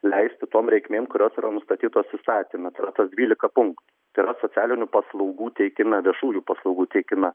leisti tom reikmėm kurios yra nustatytos įstatyme tai yra tos dvylika punktų tai yra socialinių paslaugų teikime viešųjų paslaugų teikime